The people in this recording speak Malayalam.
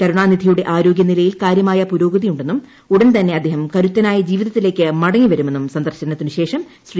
കരുണാനിധിയുടെ ആരോഗ്യനിലയിൽ കാര്യമായ പുരോഗതിയുണ്ടെന്നും ഉടൻ തന്നെ അദ്ദേഹം കരുത്തനായി ജീവിതത്തിലേക്ക് മടങ്ങി പ്പരുമെന്നും സന്ദർശനത്തിനുശേഷം ശ്രീ